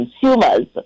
consumers